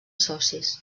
socis